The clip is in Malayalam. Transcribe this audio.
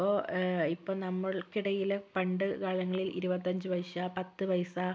ഇപ്പോൾ ഇപ്പോൾ നമ്മൾക്ക് ഇടയിൽ പണ്ട് കാലങ്ങളിൽ ഇരുപത്തി അഞ്ച് പൈസ പത്ത് പൈസ